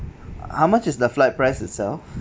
how much is the flight price itself